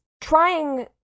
trying